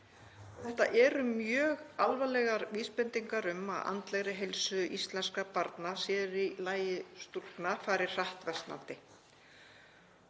Þetta eru mjög alvarlegar vísbendingar um að andleg heilsa íslenskra barna, sér í lagi stúlkna, fari hratt versnandi.